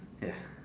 ya